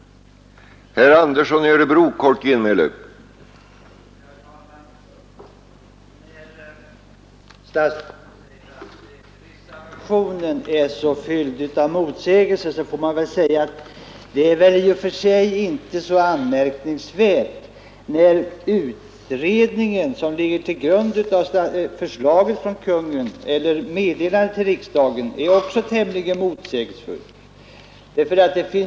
Vems intressen skall tillgodoses?